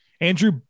Andrew